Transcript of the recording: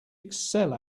excel